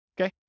Okay